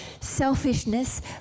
selfishness